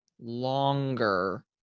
longer